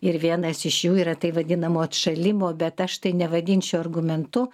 ir vienas iš jų yra tai vadinamo atšalimo bet aš tai nevadinčiau argumentu